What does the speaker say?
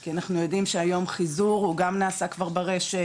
כי אנחנו יודעים שהיום חיזור הוא גם נעשה היום ברשת,